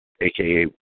AKA